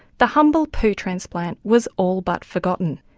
the humble poo transplant was all but forgotten.